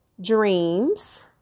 Dreams